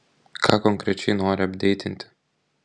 ką konkrečiai nori apdeitinti